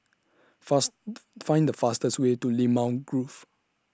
fast Find The fastest Way to Limau Grove